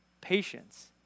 patience